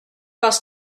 parce